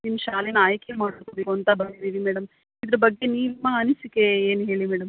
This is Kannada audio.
ನಿಮ್ಮ ಶಾಲೆನ ಆಯ್ಕೆ ಮಾಡ್ಕೋಬೇಕು ಅಂತ ಬಂದಿದೀವಿ ಮೇಡಮ್ ಇದ್ರ ಬಗ್ಗೆ ನೀಮ್ಮ ಅನಿಸಿಕೆ ಏನು ಹೇಳಿ ಮೇಡಮ್